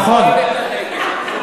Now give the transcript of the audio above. נכון,